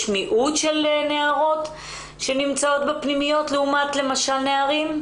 יש מיעוט של נערות שנמצאות בפנימיות לעומת למשל נערים?